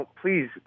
Please